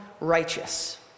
righteous